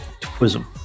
Twism